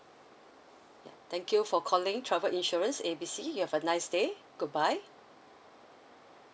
ya thank you for calling travel insurance A B C you have a nice day goodbye